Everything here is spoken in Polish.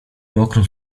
mokrą